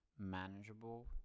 manageable